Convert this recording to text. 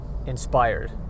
Inspired